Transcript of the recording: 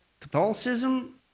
Catholicism